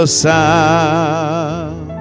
sound